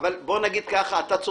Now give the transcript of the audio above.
ונראה לי שאם בצו